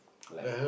like